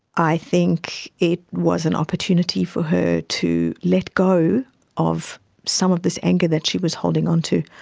i think it was an opportunity for her to let go of some of this anger that she was holding on to.